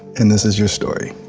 and this is your story.